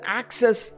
access